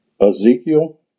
Ezekiel